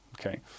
Okay